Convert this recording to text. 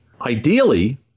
Ideally